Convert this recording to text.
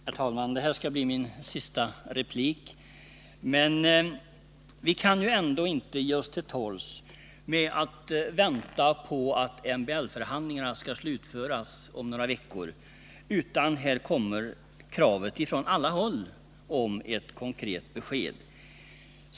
Herr talman! Det här skall bli min sista replik. Vi kan ändå inte ge oss till tåls och vänta tills MBL-förhandlingarna blir klara om några veckor. Från alla håll kommer nu kravet på ett konkret besked.